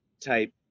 type